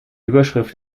überschrift